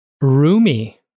roomy